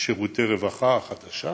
שירותי הרווחה החדשות